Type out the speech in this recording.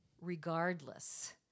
regardless